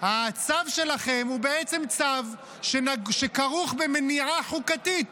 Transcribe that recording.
הצו שלכם הוא בעצם צו שכרוך במניעה חוקתית.